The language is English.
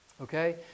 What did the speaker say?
okay